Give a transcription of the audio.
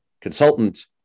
consultant